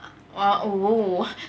ah !wah! oh